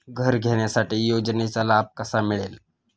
घर घेण्यासाठी योजनेचा लाभ कसा मिळेल?